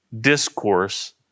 discourse